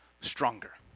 stronger